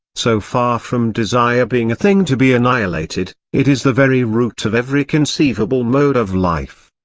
so far from desire being a thing to be annihilated, it is the very root of every conceivable mode of life.